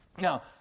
Now